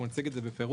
נציג את זה גם בפירוט,